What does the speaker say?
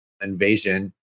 invasion